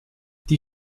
die